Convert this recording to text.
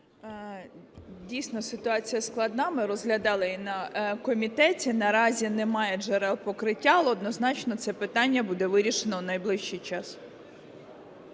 Дійсно, ситуація складна. Ми розглядали її на комітеті. Наразі немає джерел покриття, але однозначно це питання буде вирішено в найближчий час.